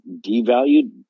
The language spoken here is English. devalued